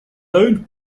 owned